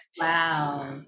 Wow